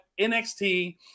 NXT